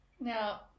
Now